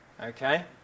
okay